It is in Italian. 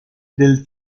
del